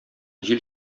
җил